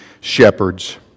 shepherds